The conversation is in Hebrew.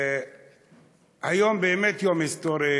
היום באמת יום היסטורי,